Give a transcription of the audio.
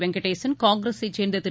வெங்கடேசன் காங்கிரஸை சேர்ந்ததிரு